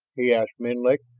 he asked menlik.